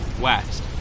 West